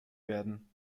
werden